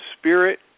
spirit